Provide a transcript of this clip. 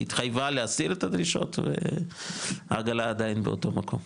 היא התחייבה להסיר את הדרישות והעגלה עדיין באותו מקום.